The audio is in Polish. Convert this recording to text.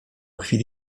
chwili